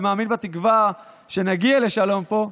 ומאמין בתקווה שנגיע לשלום פה,